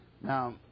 Now